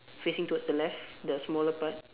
facing towards the left the smaller part